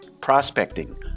prospecting